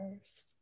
first